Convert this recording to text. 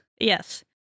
Yes